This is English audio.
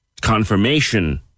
confirmation